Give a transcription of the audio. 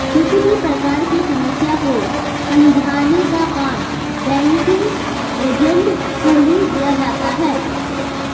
किसी भी प्रकार की समस्या को सुलझाने का काम बैंकिंग एजेंट को ही दिया जाता है